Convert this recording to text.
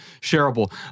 shareable